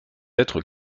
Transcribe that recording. êtres